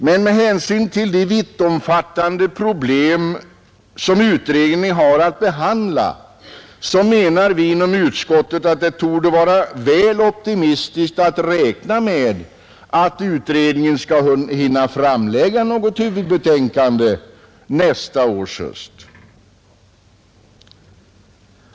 Men med hänsyn till de vittomfattande problem som utredningen har att behandla, menar vi från utskottet, att det torde vara väl optimistiskt att räkna med att utredningen skall hinna framlägga något huvudbetänkande nästa års höst.